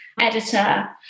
editor